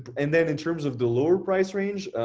and then in terms of the lower price range,